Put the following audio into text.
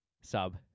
sub